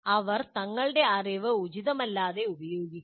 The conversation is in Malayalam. അവർ തങ്ങളുടെ അറിവ് ഉചിതമല്ലാതെ ഉപയോഗിക്കുന്നു